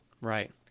Right